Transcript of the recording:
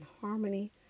harmony